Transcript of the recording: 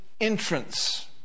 entrance